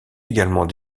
également